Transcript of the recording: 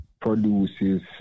produces